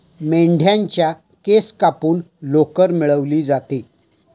मेंढ्यांच्या केस कापून लोकर मिळवली जाते